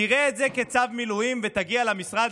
תראה את זה כצו מילואים ותגיע למשרד